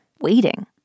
waiting